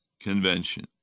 convention